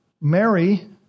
Mary